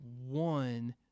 one